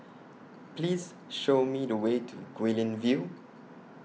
Please Show Me The Way to Guilin View